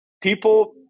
People